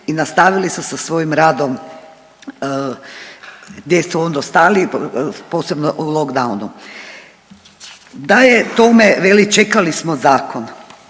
i nastavili su sa svojim radom gdje su ono stali, posebno u lockdownu. Da je tome, veli čekali smo zakon,